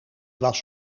was